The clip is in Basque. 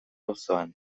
auzoan